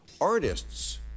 artists